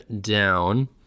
down